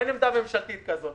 אין עמדה ממשלתית כזאת.